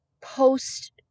post